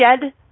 shed